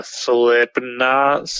slipknot